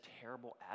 terrible